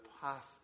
path